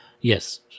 Yes